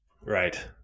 Right